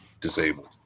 Disabled